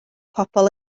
pobl